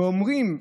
ואומרים: